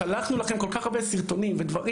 שלחנו לכם כל כך הרבה סרטונים ודברים,